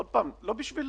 עוד פעם, לא בשביל